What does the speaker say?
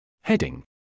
Heading